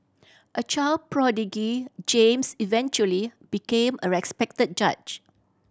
a child prodigy James eventually became a respected judge